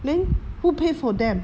then who paid for them